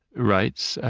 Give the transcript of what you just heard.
writes,